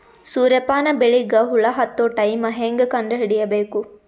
ಸೂರ್ಯ ಪಾನ ಬೆಳಿಗ ಹುಳ ಹತ್ತೊ ಟೈಮ ಹೇಂಗ ಕಂಡ ಹಿಡಿಯಬೇಕು?